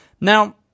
Now